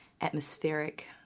atmospheric